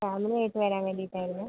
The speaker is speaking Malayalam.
ഫാമിലി ആയിട്ട് വരാൻ വേണ്ടിയിട്ടായിരുന്നേ